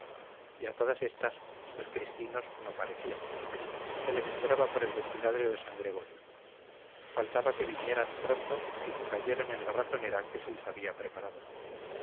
a todas éstas los cristinos no parecían se les esperaba por el desfiladero de san gregorio faltaba que vinieran pronto y que cayeran en la ratonera que se les había preparado